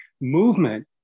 Movement